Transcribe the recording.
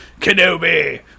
Kenobi